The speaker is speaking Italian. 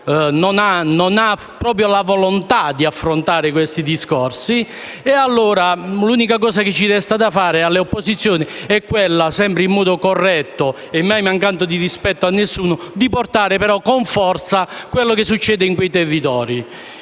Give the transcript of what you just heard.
non avere la volontà di affrontare questi discorsi, cosicché l'unica cosa che resta da fare alle opposizioni - sempre in modo corretto e mai mancando di rispetto a nessuno - è far conoscere con forza quello che succede in quei territori.